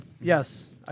Yes